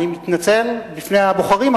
אני מתנצל בפני הבוחרים,